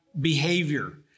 behavior